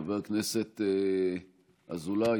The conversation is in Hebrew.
חבר הכנסת אזולאי,